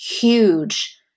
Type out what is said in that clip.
huge